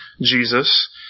Jesus